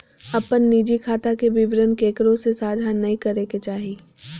अपन निजी खाता के विवरण केकरो से साझा नय करे के चाही